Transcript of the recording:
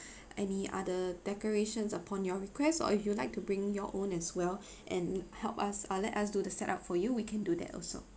any other decorations upon your request or if you'd like to bring your own as well and help us uh let us do the set up for you we can do that also